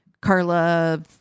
Carla